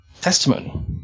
Testimony